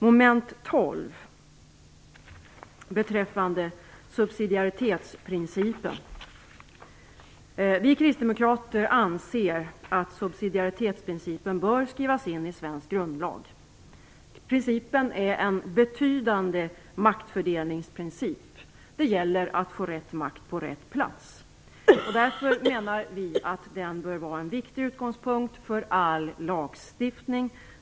Beträffande moment 12, subsidiaritetsprincipen, anser vi kristdemokrater att subsididaritetsprincipen bör skrivas in i svensk grundlag. Subsidiaritetsprincipen är en betydande maktfördelningsprincip. Det gäller att få rätt makt på rätt plats. Därför menar vi att den bör vara en viktig utgångspunkt för all lagstiftning.